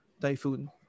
typhoon